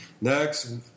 Next